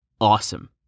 Awesome